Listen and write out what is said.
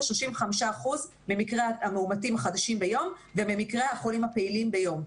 ל-35% ממקרי המאומתים החדשים ביום וממקרי החולים הפעילים ביום.